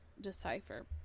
decipher